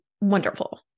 wonderful